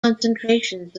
concentrations